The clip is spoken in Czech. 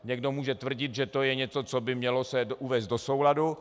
Někdo může tvrdit, že to je něco, co by se mělo uvést do souladu.